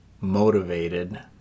motivated